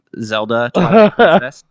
Zelda